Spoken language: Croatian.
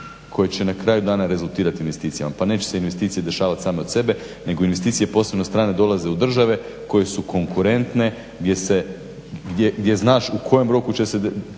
koje će na kraju dana rezultirati investicijama. Pa neće se investicije dešavati same od sebe nego investicije posebno strane dolaze u države koje su konkurentne, gdje znaš u kojem roku će se